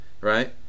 Right